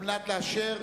על מנת לאשר,